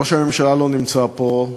ראש הממשלה לא נמצא פה,